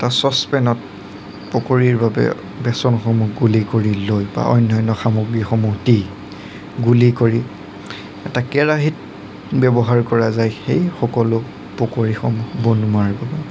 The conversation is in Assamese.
এটা চচপেনত পকৰীৰ বাবে বেচনসমূহ গুলি কৰি লৈ বা অনান্য সামগ্ৰীসমূহ দি গুলি কৰি এটা কেৰাহীত ব্যৱহাৰ কৰা যায় সেই সকলো পকৰীসমূহ বনোৱাৰ বাবে